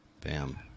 bam